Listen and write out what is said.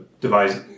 device